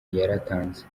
yaratanze